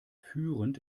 führend